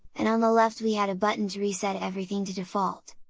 and on the left we had a button to reset everything to default!